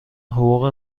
حقوق